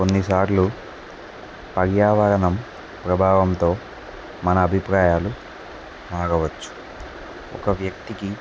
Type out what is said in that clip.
కొన్నిసార్లు పర్యావరణం ప్రభావంతో మన అభిప్రాయాలు మారవచ్చు ఒక వ్యక్తికి